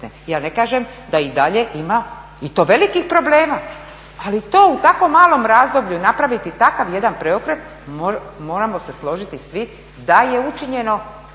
Ja ne kažem da i dalje ima i to velikih problema, ali to u takvom malom razdoblju napraviti takav jedan preokret, moramo se složiti svi da je učinjeno